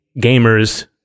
gamers